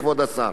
כבוד השר.